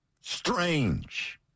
Strange